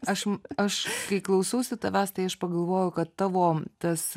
aš aš kai klausausi tavęs tai aš pagalvoju kad tavo tas